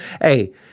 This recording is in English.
hey